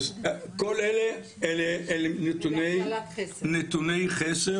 ככל שיהיו למשל אנשים בלי עבר פלילי קודם,